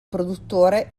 produttore